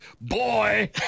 boy